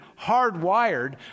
hardwired